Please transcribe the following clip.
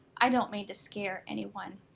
i don't mean to scare anyone.